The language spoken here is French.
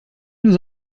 nous